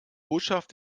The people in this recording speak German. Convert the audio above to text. botschaft